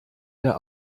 der